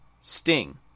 Sting